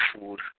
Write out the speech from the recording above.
food